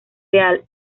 real